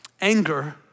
anger